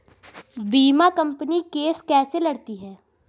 बीमा company case कैसे लड़ती है?